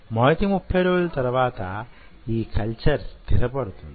మొదటి 30 రోజుల తరువాత ఈ కల్చర్ స్థిరపడుతుంది